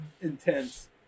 intense